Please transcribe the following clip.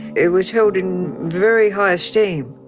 it was held in very high esteem.